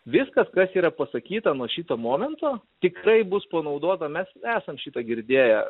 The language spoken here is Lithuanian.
viskas kas yra pasakyta nuo šito momento tikrai bus panaudota mes esam šitą girdėję